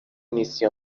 نیستی